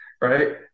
right